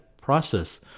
process